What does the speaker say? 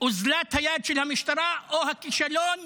אוזלת היד של המשטרה, או הכישלון